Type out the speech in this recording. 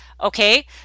Okay